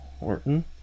Orton